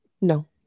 no